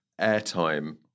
airtime